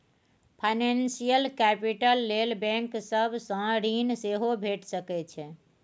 financial capital लेल bank सब सँ ऋण सेहो भेटि सकै छै